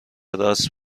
راست